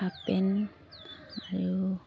half pen আৰু